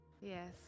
Yes